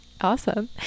Awesome